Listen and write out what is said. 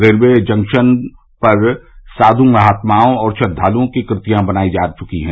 railway junction पर साधु महात्माओं और श्रद्वालुओं की कृतियां बनाई जा चुकी है